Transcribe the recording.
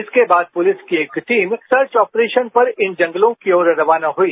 इसके बाद पुलिस की एक टीम सर्च ऑपरेशन पर इन जंगलों की ओर रवाना हुई